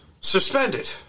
suspended